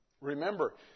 Remember